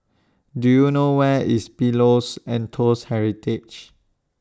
Do YOU know Where IS Pillows and Toast Heritage